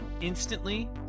Instantly